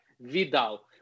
Vidal